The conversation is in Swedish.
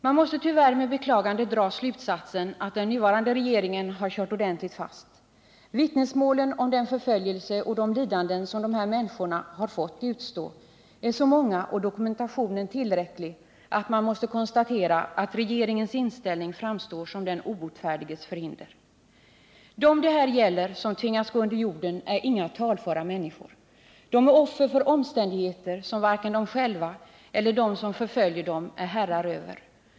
Man måste tyvärr med beklagande dra slutsatsen att den nuvarande regeringen har kört ordentligt fast. Vittnesmålen om den förföljelse och de lidanden som dessa människor har fått utstå är så många och dokumentationen så omfattande att man måste konstatera att regeringens inställning framstår som den obotfärdiges förhinder. De som det här gäller och som tvingas gå under jorden är inga talföra människor. De är offer för omständigheter som varken de själva eller de som förföljer dem är herrar över.